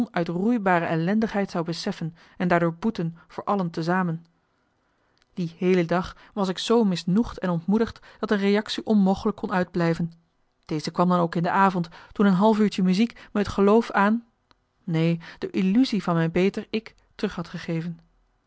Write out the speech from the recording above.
onuitroeibare ellendigheid zou beseffen en daardoor boeten voor allen te zamen die heele dag was ik zoo misnoegd en ontmoedigd dat een reactie onmogelijk kon uitblijven deze kwam dan ook in de avond toen een half uurtje muziek me het geloof aan neen de illusie van mijn beter-ik terug had gegeven